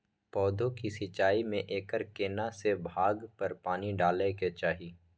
पौधों की सिंचाई में एकर केना से भाग पर पानी डालय के चाही?